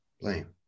blame